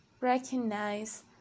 recognize